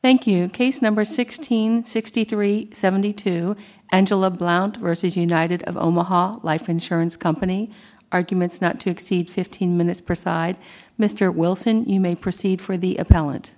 thank you case number sixteen sixty three seventy two angela blount versus united of omaha life insurance company arguments not to exceed fifteen minutes per side mr wilson you may proceed for the